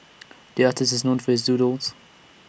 the artist is known for his doodles